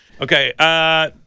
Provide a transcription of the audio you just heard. Okay